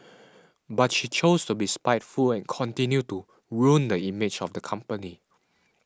but she chose to be spiteful and continue to ruin the image of the company